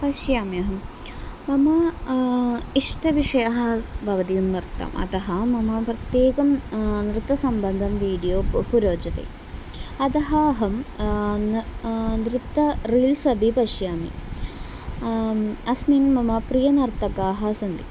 पश्याम्यहं मम इष्टविषयः भवति नर्तनम् अतः मम प्रत्येकं नृत्तसम्बद्धं वीडियो बहु रोचते अतः अहं नृत्तस्य रील्स् अपि पश्यामि अस्मिन् मम प्रियनर्तकाः सन्ति